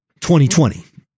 2020